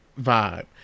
vibe